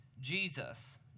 Jesus